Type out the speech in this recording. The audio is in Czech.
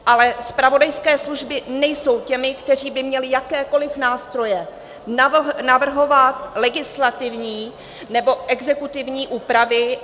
Ale zpravodajské služby nejsou těmi, které by měly jakékoliv nástroje navrhovat legislativní nebo exekutivní úpravy.